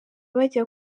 bajya